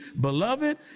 Beloved